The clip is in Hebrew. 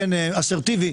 אסרטיבי,